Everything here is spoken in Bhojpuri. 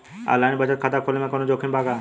आनलाइन बचत खाता खोले में कवनो जोखिम बा का?